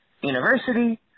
university